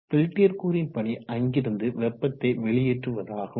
Peltier கூறின் பணி அங்கிருந்து வெப்பத்தை வெளியேற்றுவதாகும்